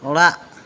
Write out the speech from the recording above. ᱚᱲᱟᱜ